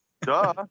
duh